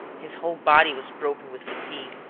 his whole body was broken with fatigue,